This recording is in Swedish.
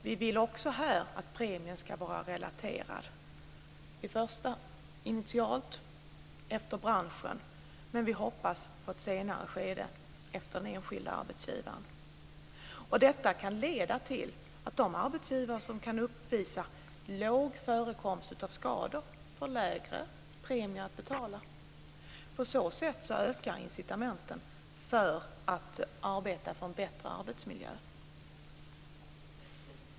Vi vill också att premien ska vara relaterad initialt efter branschen, men vi hoppas att det i ett senare skede blir efter den enskilda arbetsgivaren. Detta kan leda till att de arbetsgivare som kan uppvisa låg förekomst av skador får lägre premier att betala. På så sätt ökar incitamenten för att arbeta för en bättre arbetsmiljö.